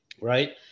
right